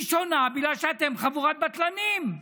היא שונה בגלל שאתם חבורת בטלנים.